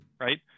right